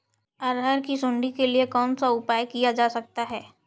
अरहर की सुंडी के लिए कौन सा उपाय किया जा सकता है?